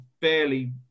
barely